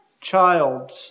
child